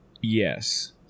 yes